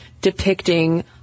depicting